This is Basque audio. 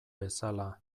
bezala